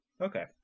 okay